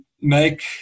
make